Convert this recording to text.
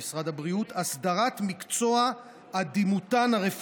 משרתים איתנו כתף אל